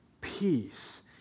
peace